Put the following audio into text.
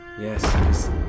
Yes